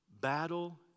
battle